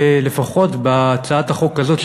לפחות בהצעת החוק הזאת,